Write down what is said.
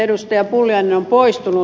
pulliainen on poistunut